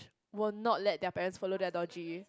will not let their parents follow their dodgy